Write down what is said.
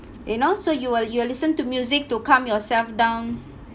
you know so you will you will listen to music to calm yourself down